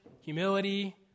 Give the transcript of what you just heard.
humility